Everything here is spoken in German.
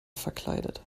verkleidet